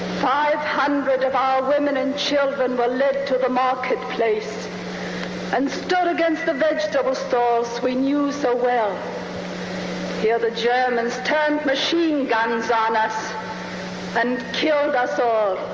five hundred of our women and children were led to the marketplace and stood against the vegetable stores we knew so well here the germans turned machine guns on us and killed us all